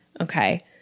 okay